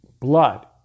blood